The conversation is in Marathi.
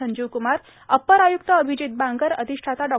संजीव क्मार अप्पर आय्क्त अभिजीत बांगर अधिष्ठाता डॉ